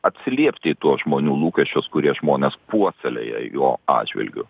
atsiliepti į tuos žmonių lūkesčius kurie žmonės puoselėjo jo atžvilgiu